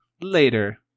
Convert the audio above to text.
later